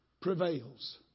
prevails